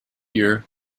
year